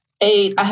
Eight